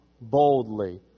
boldly